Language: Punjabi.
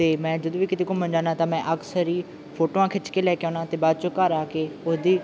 ਅਤੇ ਮੈਂ ਜਦੋਂ ਵੀ ਕਿਤੇ ਘੁੰਮਣ ਜਾਂਦਾ ਤਾਂ ਮੈਂ ਅਕਸਰ ਹੀ ਫੋਟੋਆਂ ਖਿੱਚ ਕੇ ਲੈ ਕੇ ਆਉਂਦਾ ਅਤੇ ਬਾਅਦ 'ਚੋਂ ਘਰ ਆ ਕੇ ਉਹਦੀ